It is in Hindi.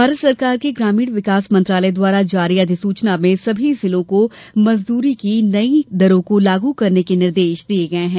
भारत सरकार के ग्रामीण विकास मंत्रालय द्वारा जारी अधिसूचना में सभी जिलों को मजदूरी की नई दरों को लागू करने के निर्देश दिये गये हैं